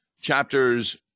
chapters